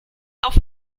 auf